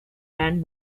land